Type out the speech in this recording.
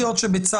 חקיקה),